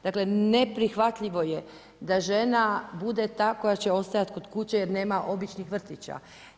Dakle ne prihvatljivo je da žena bude ta koja će ostajati kod kuće jer nema običnih vrtića.